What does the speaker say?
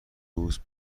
پوست